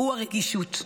הוא הרגישות.